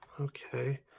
okay